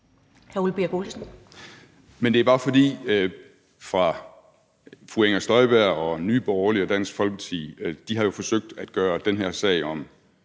Men det er bare, fordi fru Inger Støjberg og Nye Borgerlige og Dansk Folkeparti jo har forsøgt at gøre den her sag om